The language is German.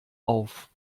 auf